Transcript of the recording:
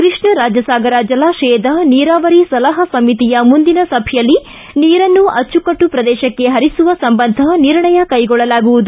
ಕೃಷ್ಣರಾಜಸಾಗರ ಜಲಾಶಯದ ನೀರಾವರಿ ಸಲಹಾ ಸಮಿತಿಯ ಮುಂದಿನ ಸಭೆಯಲ್ಲಿ ನೀರುನ್ನು ಅಚ್ಚುಕಟ್ಟು ಪ್ರದೇಶಕ್ಕೆ ಹರಿಸುವ ಸಂಬಂಧ ನಿರ್ಣಯ ಕೈಗೊಳ್ಳಲಾಗುವುದು